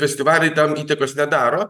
festivaliai tam įtakos nedaro